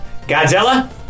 Godzilla